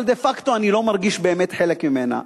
אבל דה פקטו אני לא מרגיש באמת חלק ממנה.